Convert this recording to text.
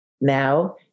Now